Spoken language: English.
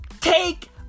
Take